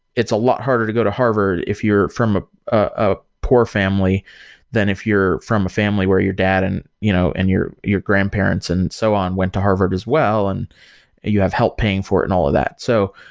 it's a lot harder to go to harvard if you're from a poor family than if you're from a family where your dad and you know and your your grandparents and so on went to harvard as well and you have help paying for it and all of that. so,